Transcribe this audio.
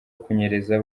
kunyereza